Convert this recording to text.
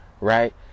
right